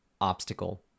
obstacle